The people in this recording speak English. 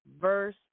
verse